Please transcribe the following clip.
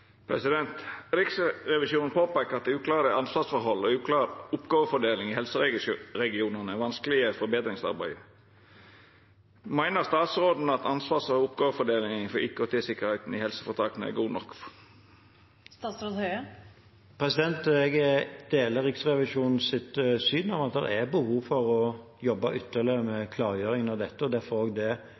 Riksrevisjonen påpeiker at uklare ansvarsforhold og uklar oppgåvefordeling i helseregionane vanskeleggjer forbetringsarbeidet. Meiner statsråden at ansvars- og oppgåvefordelinga for IKT-tryggleiken i helseføretaka er god nok? Jeg deler Riksrevisjonens syn om at det er behov for å jobbe ytterligere med klargjøring av dette, og derfor